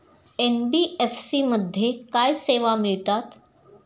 NBFC मध्ये काय सेवा मिळतात?